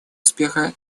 успеха